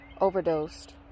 overdosed